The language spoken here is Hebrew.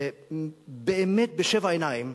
באמת בשבע עיניים,